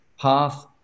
Path